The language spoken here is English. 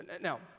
Now